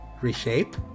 reshape